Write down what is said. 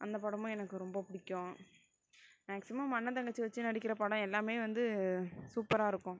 அந்த படமும் எனக்கு ரொம்ப பிடிக்கும் மேக்சிமம் அண்ணன் தங்கச்சி வச்சு நடிக்கிற படம் எல்லாமே வந்து சூப்பராக இருக்கும்